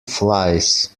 flies